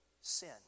sin